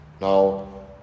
now